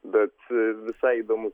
bet visai įdomu